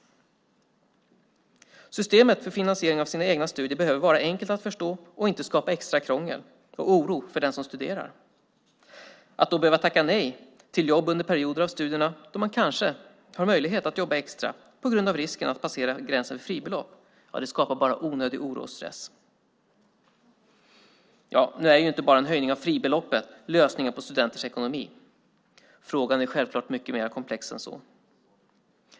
Systemet för finansiering av sina egna studier behöver vara enkelt att förstå och inte skapa extra krångel och oro för den som studerar. Att under perioder av studierna då man kanske har möjlighet att jobba extra behöva tacka nej till jobb på grund av risken att passera gränsen för fribelopp skapar bara onödig oro och stress. Nu är inte bara en höjning av fribeloppet lösningen på studenters ekonomi. Frågan är självklart mycket mer komplex än så.